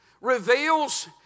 reveals